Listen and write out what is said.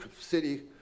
city